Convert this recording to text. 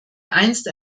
einst